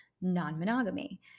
non-monogamy